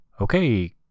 Okay